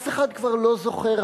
אף אחד כבר לא זוכר,